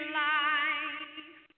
life